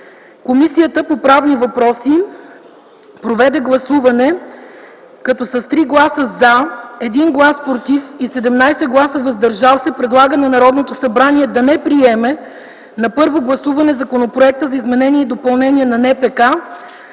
Комисията по правни въпроси проведе гласуване, като с 3 гласа “за”, 1 глас „против” и 17 гласа “въздържал се” предлага на Народното събрание да не приеме на първо гласуване Законопроекта за изменение и допълнение на